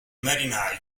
marinai